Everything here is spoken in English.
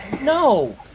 No